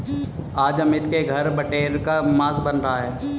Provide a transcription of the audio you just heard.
आज अमित के घर बटेर का मांस बन रहा है